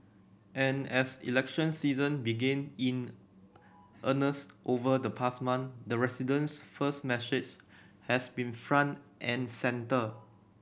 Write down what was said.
and as election season began in earnest over the past month the residents first message has been front and centre